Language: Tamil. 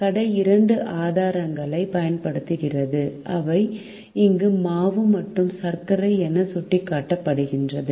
கடை இரண்டு ஆதாரங்களை பயன்படுத்துகிறது அவை இங்கு மாவு மற்றும் சர்க்கரை என சுட்டிக்காட்டப்படுகின்றன